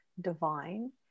divine